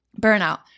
burnout